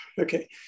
okay